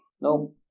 No